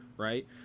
Right